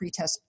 pretest